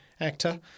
actor